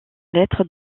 lettres